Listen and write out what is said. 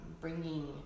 bringing